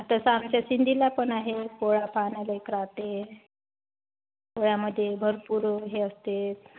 तसं आमच्या सिंधीला पण आहे पोळा पाहण्यालायक राहते पोळ्यामध्ये भरपूर हे असते